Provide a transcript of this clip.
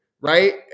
right